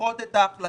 לדחות את ההחלטה.